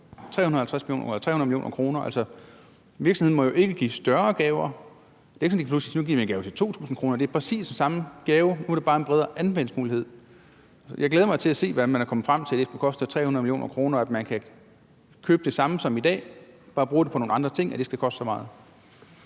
300 mio. kr. Virksomheden må jo ikke give større gaver. Det er jo ikke sådan, at man lige pludselig giver en gave til 2.000 kr. Det er præcis den samme gave, nu er det bare en bredere anvendelsesmulighed. Jeg glæder mig til at se, hvordan man er kommet frem til, at det skulle koste 300 mio. kr., at man kan købe det samme som i dag, men bare bruge det på nogle andre ting – altså, at det skal koste så meget.